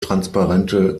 transparente